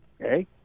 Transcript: Okay